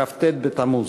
כ"ט בתמוז.